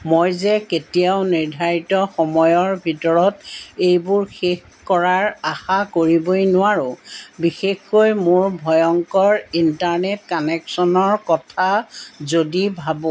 মই যে কেতিয়াও নিৰ্ধাৰিত সময়ৰ ভিতৰত এইবোৰ শেষ কৰাৰ আশা কৰিবই নোৱাৰো বিশেষকৈ মোৰ ভয়ংকৰ ইণ্টাৰনেট কানেকচনৰ কথা যদি ভাবো